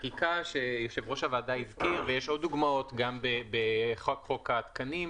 בחקיקה שיושב-ראש הוועדה הזכיר ויש עוד דוגמאות גם בחוק התקנים,